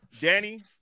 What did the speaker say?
Danny